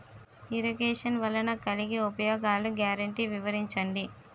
Irrigation వలన కలిగే ఉపయోగాలు గ్యారంటీ వివరించండి?